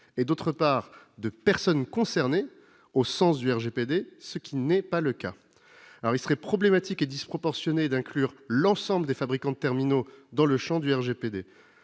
et, d'autre part, de personnes concernées, au sens du RGPD, ce qui n'est pas le cas. Il serait problématique et disproportionné d'inclure l'ensemble des fabricants de terminaux dans le champ du RGPD.